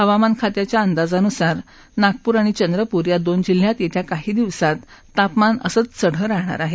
हवामान खात्याच्या अंदाजानुसार नागपूर आणि चंद्रपूर या दोन जिल्ह्यात येत्या काही दिवसात तापमान असंच राहणार आहे